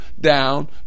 down